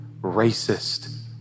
racist